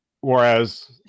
whereas